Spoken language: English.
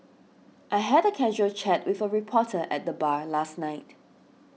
I had a casual chat with a reporter at the bar last night